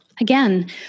again